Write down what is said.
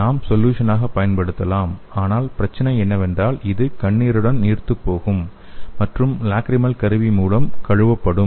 நாம் சொல்யூசனாக பயன்படுத்தலாம் ஆனால் பிரச்சனை என்னவென்றால் இது கண்ணீருடன் நீர்த்துப்போகும் மற்றும் லாக்ரிமல் கருவி மூலம் கழுவப்படும்